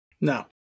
No